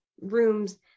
rooms